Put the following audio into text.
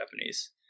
Japanese